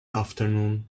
afternoon